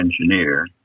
engineer